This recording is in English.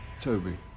Toby